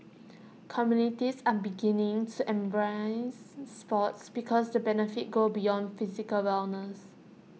communities are beginning to embrace sports because the benefits go beyond physical wellness